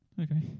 Okay